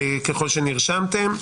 ככל שנרשמתם.